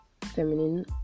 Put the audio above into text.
feminine